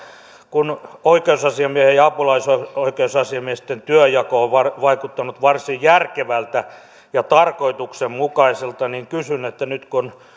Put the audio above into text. kun oikeusasiamiehen ja apulaisoikeusasiamiesten työnjako on vaikuttanut varsin järkevältä ja tarkoituksenmukaiselta niin kysyn nyt kun